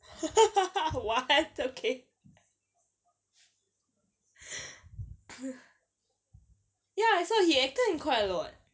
what the okay ya I saw he acted in quite a lot